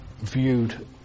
viewed